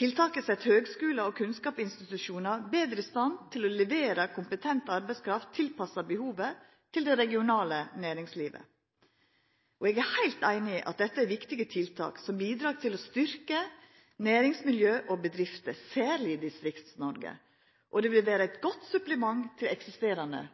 Tiltaket set høgskular og kunnskapsinstitusjonar betre i stand til å levera kompetent arbeidskraft tilpassa behovet til det regionale næringslivet. Eg er heilt einig i at dette er viktige tiltak som bidreg til å styrkja næringsmiljøet og bedriftene, særleg i Distrikts-Noreg, og det vil vera eit godt supplement til dei eksisterande